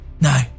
No